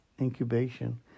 Incubation